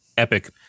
Epic